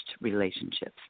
relationships